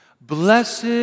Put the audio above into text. blessed